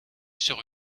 sur